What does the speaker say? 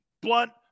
Blunt